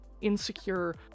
insecure